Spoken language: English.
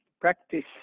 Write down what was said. practice